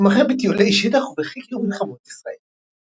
הוא מתמחה בטיולי שטח ובחקר מלחמות ישראל.